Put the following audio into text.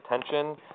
attention